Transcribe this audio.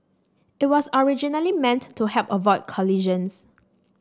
it was originally meant to help avoid collisions